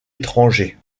étranger